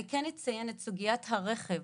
אני אציין את סוגיית הרכב,